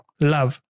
love